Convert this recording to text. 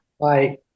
bye